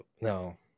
no